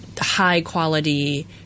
high-quality